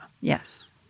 yes